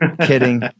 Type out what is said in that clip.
kidding